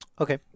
Okay